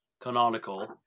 Canonical